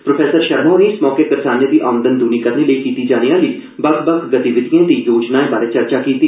professor Sharma होरें इस मौके करसाने दी औंदन दूनी करने लेई कीती जाने आहली बक्ख बक्ख गतिविधिएं ते योजनाएं बारै चर्चा कीती